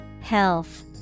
Health